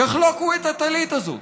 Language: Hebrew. יחלוקו את הטלית הזאת.